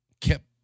kept